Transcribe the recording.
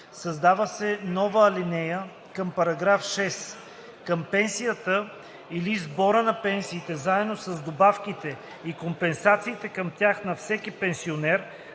Създава се нова ал. 2 към § 6: „Към пенсията или сбора от пенсиите, заедно с добавките и компенсациите към тях на всеки пенсионер